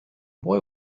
boy